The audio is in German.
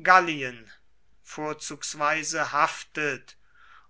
gallien vorzugsweise haftet